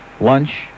lunch